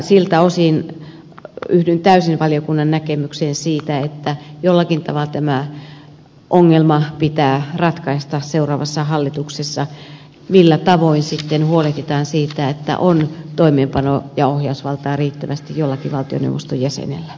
siltä osin yhdyn täysin valiokunnan näkemykseen siitä että jollakin tavalla tämä ongelma pitää ratkaista seuraavassa hallituksessa millä tavoin sitten huolehditaan siitä että on toimeenpano ja ohjausvaltaa riittävästi jollakin valtioneuvoston jäsenellä